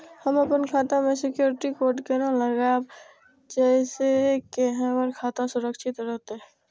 हम अपन खाता में सिक्युरिटी कोड केना लगाव जैसे के हमर खाता सुरक्षित रहैत?